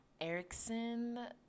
Erickson